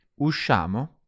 Usciamo